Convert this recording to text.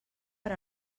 per